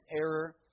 error